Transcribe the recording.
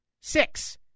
six